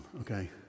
okay